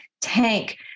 tank